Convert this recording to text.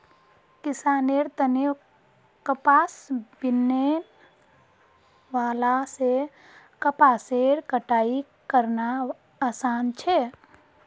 किसानेर तने कपास बीनने वाला से कपासेर कटाई करना आसान छे